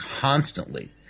constantly